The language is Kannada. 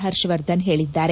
ಹರ್ಷವರ್ಧನ್ ಹೇಳಿದ್ದಾರೆ